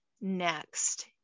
next